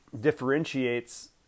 differentiates